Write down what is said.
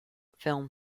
film